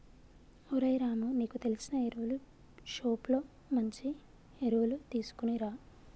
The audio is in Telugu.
ఓరై రాము నీకు తెలిసిన ఎరువులు షోప్ లో మంచి ఎరువులు తీసుకునిరా